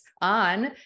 on